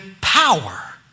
power